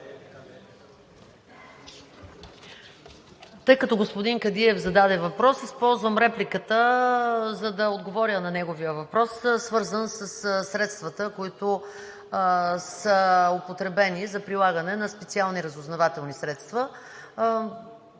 Тъй като господин Кадиев зададе въпрос, използвам репликата, за да отговоря на неговия въпрос, свързан със средствата, които са употребени за прилагане на специални разузнавателни средства.